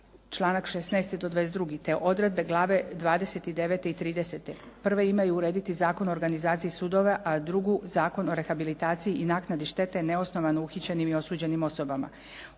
članak 16. do 22. te odredbe glave 29. i 30. Prve imaju urediti Zakon o organizaciji sudova a drugi Zakon o rehabilitaciji i naknadi štete neosnovano uhićenim i osuđenim osobama.